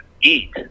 eat